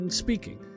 speaking